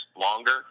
longer